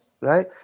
right